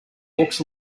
walks